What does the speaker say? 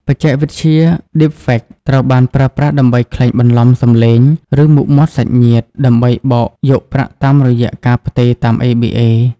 បច្ចេកវិទ្យា Deepfake ត្រូវបានប្រើប្រាស់ដើម្បីក្លែងបន្លំសម្លេង ឬមុខមាត់សាច់ញាតិ ដើម្បីបោកយកប្រាក់តាមរយៈការផ្ទេរតាម ABA។